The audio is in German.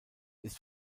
ist